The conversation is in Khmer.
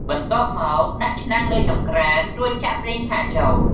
បន្ទាប់មកដាក់ឆ្នាំងលើចង្ក្រាន រួចចាក់ប្រេងឆាចូល។